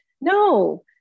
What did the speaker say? No